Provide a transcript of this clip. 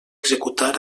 executar